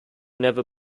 never